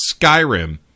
Skyrim